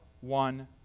one